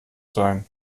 sein